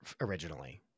originally